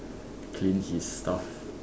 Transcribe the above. clean his stuff